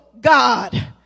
God